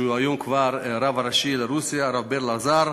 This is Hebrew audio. שהיום הוא כבר הרב הראשי לרוסיה, הרב ברל לזר.